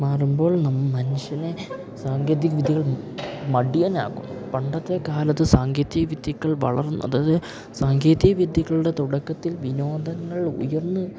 മാറുമ്പോൾ മനുഷ്യനെ സാങ്കേതിക വിദ്യകൾ മടിയനാക്കും പണ്ടത്തെക്കാലത്ത് സാങ്കേതിക വിദ്യകൾ വളർന്ന് അതായത് സാങ്കേതിക വിദ്യകളുടെ തുടക്കത്തിൽ വിനോദങ്ങൾ ഉയർന്ന്